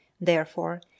Therefore